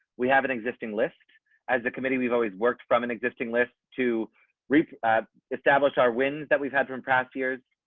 we have an existing list as a committee. we've always worked from an existing list to re establish our winds that we've had from past years.